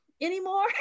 anymore